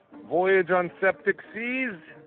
voyage on septic seas